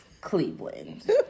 Cleveland